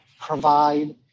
provide